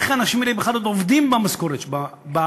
איך האנשים האלה בכלל עוד עובדים במערכות שלהם?